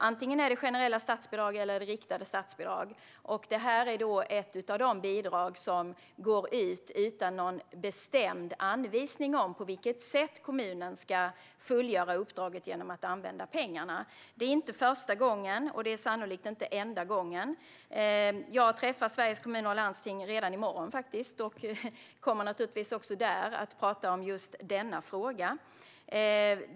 Antingen är det generella statsbidrag, eller också är det riktade statsbidrag. Detta är ett av de bidrag som går ut utan någon bestämd anvisning om på vilket sätt kommunerna ska fullgöra uppdraget genom att använda pengarna. Det är inte första gången, och det är sannolikt inte enda gången. Jag träffar faktiskt Sveriges Kommuner och Landsting redan i morgon och kommer naturligtvis också där att prata om just denna fråga.